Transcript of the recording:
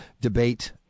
debate